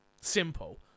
Simple